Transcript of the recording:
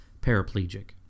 paraplegic